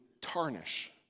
tarnish